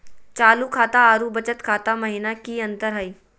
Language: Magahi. चालू खाता अरू बचत खाता महिना की अंतर हई?